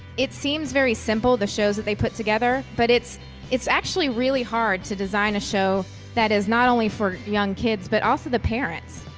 it seems very simple, the shows that they put together. but it's it's actually really hard to design a show that is not only for young kids but also the parents.